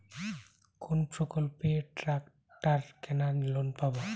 কোন প্রকল্পে ট্রাকটার কেনার লোন পাব?